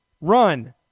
Run